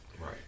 Right